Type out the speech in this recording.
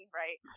right